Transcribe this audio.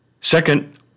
Second